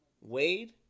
Wade